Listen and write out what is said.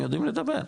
הם יודעים לדבר.